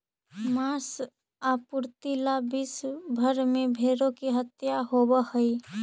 माँस आपूर्ति ला विश्व भर में भेंड़ों की हत्या होवअ हई